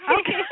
Okay